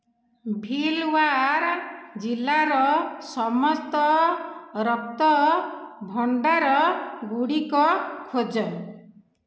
ଭୀଲ୍ୱାର୍ ଜିଲ୍ଲାର ସମସ୍ତ ରକ୍ତ ଭଣ୍ଡାରଗୁଡ଼ିକ ଖୋଜ